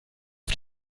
auf